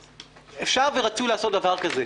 אפשר ורצוי לעשות דבר כזה,